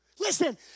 Listen